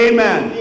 Amen